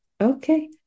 Okay